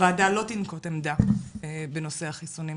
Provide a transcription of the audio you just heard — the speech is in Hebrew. הוועדה לא תנקוט עמדה בנושא החיסונים.